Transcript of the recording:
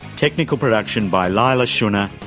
technical production by leila shunnar,